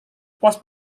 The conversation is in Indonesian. pos